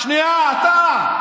שנייה, אתה.